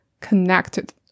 connected